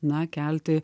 na kelti